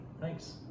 Thanks